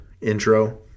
intro